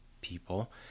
people